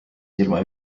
silma